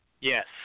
Yes